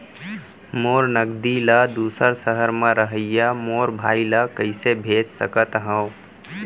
मोर नगदी ला दूसर सहर म रहइया मोर भाई ला कइसे भेज सकत हव?